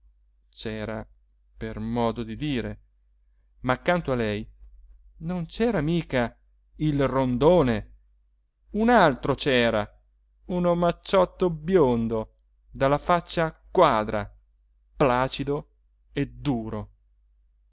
c'era per modo di dire ma accanto a lei non c'era mica il rondone un altro c'era un omacciotto biondo dalla faccia quadra placido e duro